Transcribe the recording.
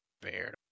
fair